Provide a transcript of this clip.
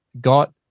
got